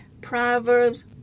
Proverbs